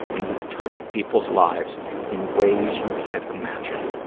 and you've touched people's lives in ways you can't imagine.